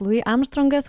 lui armstrongas